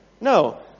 No